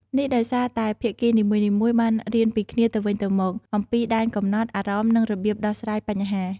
នេះដោយសារតែភាគីនីមួយៗបានរៀនពីគ្នាទៅវិញទៅមក អំពីដែនកំណត់ អារម្មណ៍ និងរបៀបដោះស្រាយបញ្ហា។